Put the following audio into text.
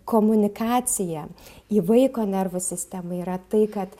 komunikacija į vaiko nervų sistemą yra tai kad